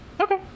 Okay